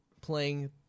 playing